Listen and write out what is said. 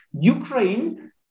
Ukraine